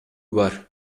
бар